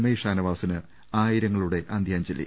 I ഷാനവാസിന് ആയിരങ്ങളുടെ അന്ത്യാഞ്ജലി